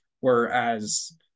whereas